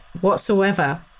whatsoever